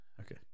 Okay